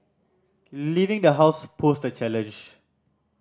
leaving the house posed a challenge